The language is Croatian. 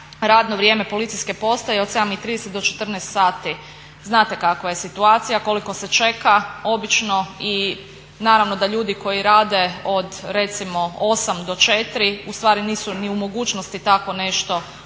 Radno vrijeme policijske postaje od 7,30 do 14,00 sati. Znate kakva je situacija, koliko se čeka obično i naravno da ljudi koji rade od recimo 8 do 4 u stvari nisu ni u mogućnosti takvo nešto odraditi.